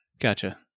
Gotcha